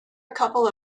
couple